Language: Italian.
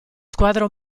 squadra